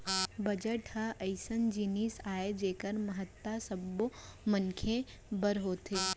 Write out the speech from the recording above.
budget ह अइसन जिनिस आय जेखर महत्ता सब्बो मनसे बर होथे